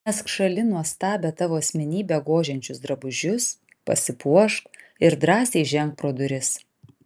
mesk šalin nuostabią tavo asmenybę gožiančius drabužius pasipuošk ir drąsiai ženk pro duris